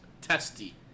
Testy